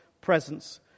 presence